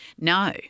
No